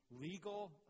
legal